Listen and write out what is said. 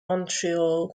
montreal